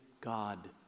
God